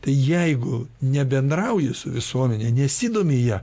tai jeigu nebendrauji su visuomene nesidomi ja